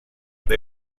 they